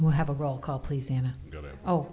we'll have a roll call please ana oh